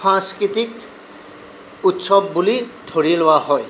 সাংস্কৃতিক উৎসৱ বুলি ধৰি লোৱা হয়